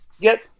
get